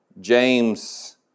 James